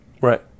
Right